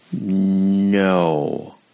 No